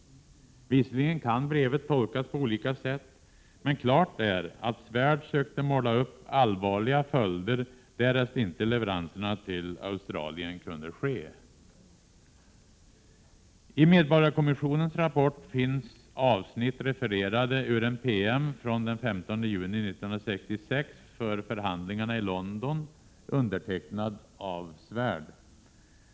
Visserligen kan brevet tolkas på olika sätt, men klart är att Svärd sökte måla upp allvarliga följder, därest leveranserna till Australien inte kunde ske. I medborgarkomissionens rapport finns avsnitt refererade ur en PM från den 15 juni 1966 för förhandlingarna i London, undertecknad av Svärd.